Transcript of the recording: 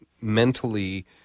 mentally